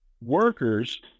workers